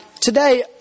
today